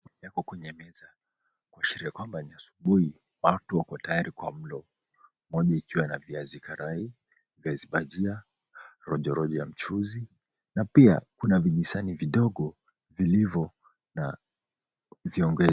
Yako kwenye meza, kuashiria kwamba ni subuhi watu wako tayari kwa mlo. Moja ikiwa na viazi karai, viazi bajia, rojo rojo ya mchuzi na pia kuna vijisahani vidogo vilivyo na vionge .